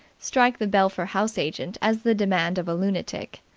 strike the belpher house-agent as the demand of a lunatic.